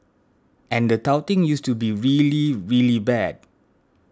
and the touting used to be really really bad